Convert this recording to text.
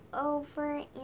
over